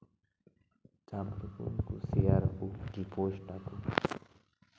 ᱛᱟᱨᱯᱚᱨᱮ ᱠᱚ ᱩᱱᱠᱩ ᱥᱮᱭᱟᱨᱟᱠᱚ ᱠᱤ ᱯᱳᱥᱴ ᱟᱠᱚ